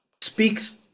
speaks